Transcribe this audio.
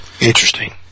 Interesting